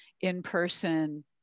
in-person